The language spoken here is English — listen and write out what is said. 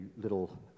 little